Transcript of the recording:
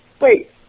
Wait